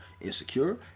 Insecure